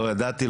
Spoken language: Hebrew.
לא ידעתי,